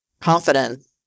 confidence